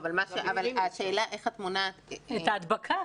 השאלה איך את מונעת את ההדבקה.